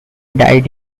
died